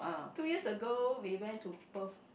two years ago we went to Perth